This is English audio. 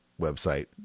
website